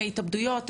ההתאבדויות,